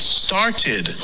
started